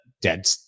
dead